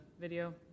video